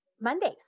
Mondays